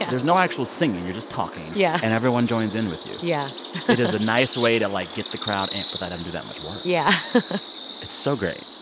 and there's no actual singing. you're just talking. yeah. and everyone joins in with you yeah it is a nice way to, like, get the crowd amped without having um do that much work yeah it's so great.